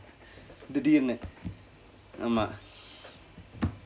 திடிர்னு ஆமாம்:thidirnu aamaam